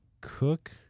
cook